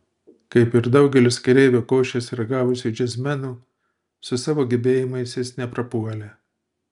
kaip ir daugelis kareivio košės ragavusių džiazmenų su savo gebėjimais jis neprapuolė